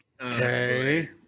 okay